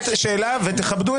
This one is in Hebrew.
השאלה היא